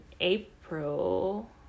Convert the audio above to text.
April